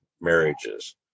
marriages